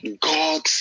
God